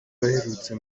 baherutse